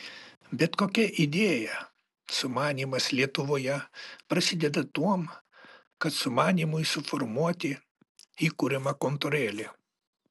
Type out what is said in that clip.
bet kokia idėja sumanymas lietuvoje prasideda tuom kad sumanymui suformuoti įkuriama kontorėlė